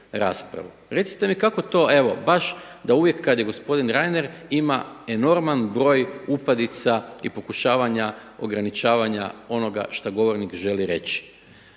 Recimo mi kako to da evo baš da uvijek kad gospodin Reiner ima enorman broj upadica i pokušavanja ograničavanja onoga što govornik želi reći.